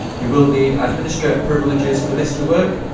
you will need administrator privileges for this to work,